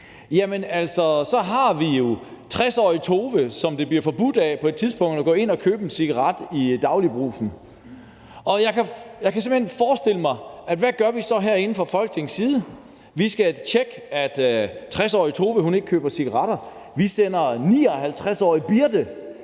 årgang 2010, har vi jo 60-årige Tove, for hvem det på et tidspunkt bliver forbudt at gå ind og købe en cigaret i Dagli'Brugsen. Jeg kan simpelt hen ikke forestille mig, hvad vi så ikke gør herinde fra Folketingets side! Vi skal tjekke, at 60-årige Tove ikke køber cigaretter. Vi sender 59-årige Birte